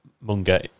Munger